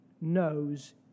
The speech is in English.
knows